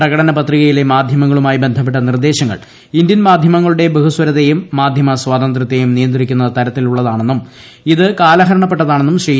പ്രകടനപത്രികയിലെ മാധ്യമങ്ങളുമായി ബന്ധപ്പെട്ട നിർദ്ദേശങ്ങൾ ഇൻഡ്യൻ മാധ്യമങ്ങളുടെ ബഹുസ്വരതയേയും മാന്യമ സ്വാതന്ത്ര്യത്തേയും നിയന്ത്രിക്കുന്ന തരത്തിലുള്ളതാണെന്നും ഇത് കാലഹരണപ്പെട്ടതാണെന്നും ശ്രീ